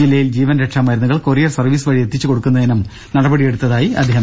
ജില്ലയിൽ ജീവൻ രക്ഷാമരുന്നുകൾ കൊറിയർ സർവീസ് വഴി എത്തിച്ച് കൊടുക്കുന്നതിനും നടപടിയെടുത്തതായി അദ്ദേഹം വ്യക്തമാക്കി